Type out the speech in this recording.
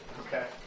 Okay